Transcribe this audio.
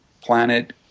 Planet